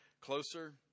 closer